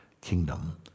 kingdom